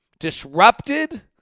Disrupted